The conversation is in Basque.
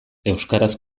euskaraz